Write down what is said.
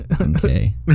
okay